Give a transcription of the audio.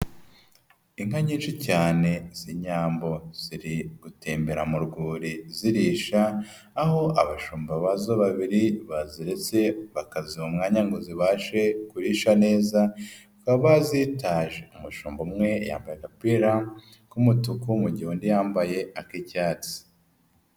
Inka nyinshi cyane z'inyambo ziri gutembera mu rwuri zirisha, aho abashumba bazo babiri baziretse bakaziha umwanya ngo zibashe kurisha neza bakaba bazitaje. Umushumba umwe yambaye agapira k'umutuku, mu gihe undi yambaye ak'icyatsi.